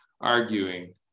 arguing